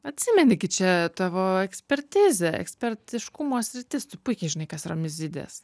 atsimeni gi čia tavo ekspertizė ekspertiškumo sritis tu puikiai žinai kas yra mizidės